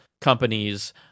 companies